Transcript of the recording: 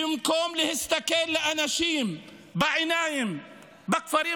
במקום להסתכל לאנשים בעיניים בכפרים